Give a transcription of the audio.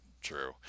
true